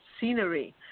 scenery